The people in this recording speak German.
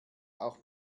auch